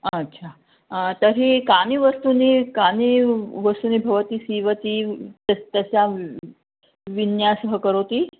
आच्छा तर्हि कानि वस्तूनि कानि वस्तूनि भवती सीवति तस् तस्यां विन्यासः करोति